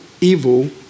Evil